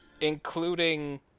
including